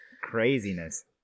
craziness